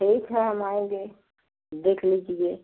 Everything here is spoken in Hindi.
ठीक है हम आएँगे देख लीजिए